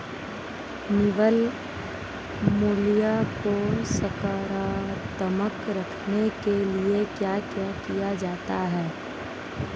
निवल मूल्य को सकारात्मक रखने के लिए क्या क्या किया जाता है?